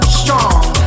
strong